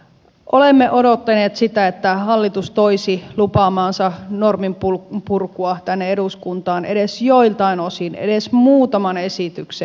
olemme odottaneet sitä että hallitus toisi lupaamaansa norminpurkua tänne eduskuntaan edes joiltain osin edes muutaman esityksen